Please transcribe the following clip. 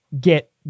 get